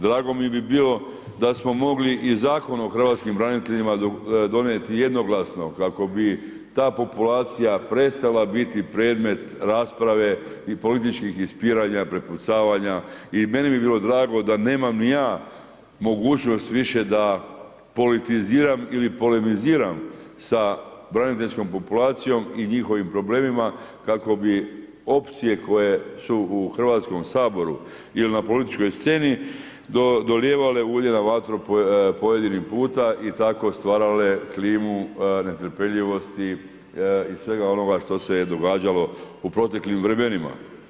Drago mi bi bilo, da smo mogli i Zakon o hrvatskim braniteljima donijeti jednoglasno, kako bi ta populacija prestala biti predmet rasprave i političkih ispirana, prepucavanja i meni bi bilo drago da nemam ni ja mogućnost više da politiziram ili polemiziram sa braniteljskom populacijom i njihovim problemima, kako bi opcije koje su u Hrvatskom saboru ili na političkoj sceni dolijevale ulje na vatru pojedini puta i tako stvarale klimu netrpeljivosti i svega onoga što se događalo u proteklim vremenima.